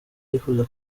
yifuza